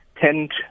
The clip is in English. tend